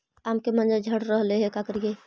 आम के मंजर झड़ रहले हे का करियै?